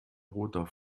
roter